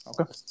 Okay